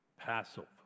Passover